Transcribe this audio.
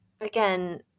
again